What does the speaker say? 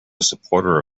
supporter